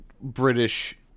British